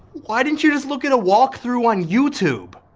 why didn't you just look at a walk-through on youtube?